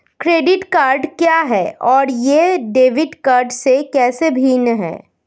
Credit card क्या है और यह डेबिट कार्ड से कैसे भिन्न है?